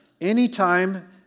anytime